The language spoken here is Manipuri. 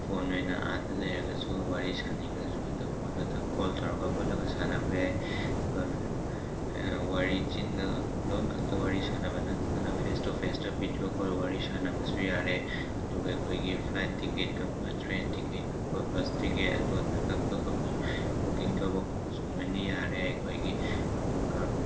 ꯐꯣꯟ ꯑꯣꯏꯅ ꯑꯥꯗ ꯂꯩꯔꯁꯨ ꯋꯥꯔꯤ ꯁꯥꯟꯅꯅꯤꯡꯉꯁꯨ ꯍꯦꯛꯇ ꯐꯣꯟꯗ ꯊꯛ ꯀꯣꯜ ꯇꯧꯔꯒ ꯈꯣꯠꯂꯒ ꯁꯥꯟꯅꯕ ꯌꯥꯏ ꯑꯗꯨꯒ ꯋꯥꯔꯤ ꯆꯤꯟꯅ ꯂꯣꯟ ꯈꯛꯇ ꯋꯥꯔꯤ ꯁꯥꯟꯅꯕꯅ ꯅꯠꯇꯅ ꯐꯦꯁ ꯇꯨ ꯐꯦꯁꯇ ꯚꯤꯗꯤꯌꯣ ꯀꯣꯜꯗ ꯋꯥꯔꯤ ꯁꯥꯟꯅꯕꯁꯨ ꯌꯥꯔꯦ ꯑꯗꯨꯒ ꯑꯩꯈꯣꯏꯒꯤ ꯐ꯭ꯂꯥꯏꯠ ꯇꯤꯀꯦꯠ ꯀꯛꯄ ꯇ꯭ꯔꯦꯟ ꯇꯤꯀꯦꯠ ꯀꯛꯄ ꯕꯁ ꯇꯤꯀꯦꯠ ꯑꯗꯨ ꯑꯗꯥ ꯀꯛꯄ ꯈꯣꯠꯄꯁꯨ ꯕꯨꯀꯤꯡ ꯇꯧꯕ ꯈꯣꯠꯄꯁꯨ ꯂꯣꯏꯅ ꯌꯥꯔꯦ ꯑꯩꯈꯣꯏꯒꯤ ꯑꯗꯨꯒ